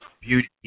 beauty